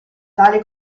tali